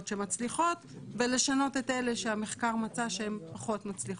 שמצליחות ולשנות את אלה שהמחקר מצא שהן פחות מצליחות.